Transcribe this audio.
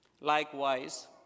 Likewise